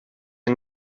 yng